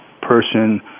person